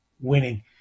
winning